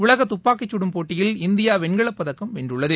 உலகதுப்பாக்கிசுடும் போட்டியில் இந்தியாவெண்கலப்பதக்கம் வென்றுள்ளது